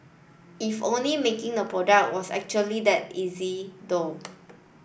if only making the product was actually that easy though